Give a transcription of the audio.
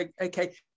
okay